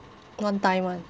one time [one]